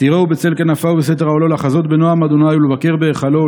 יסתירהו בצל כנפיו ובסתר אוהלו לחזות בנועם ה' ולבקר בהיכלו.